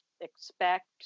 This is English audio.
expect